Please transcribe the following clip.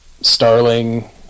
Starling